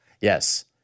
Yes